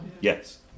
Yes